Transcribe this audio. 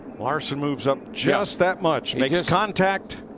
larson moves up just that much. makes contact.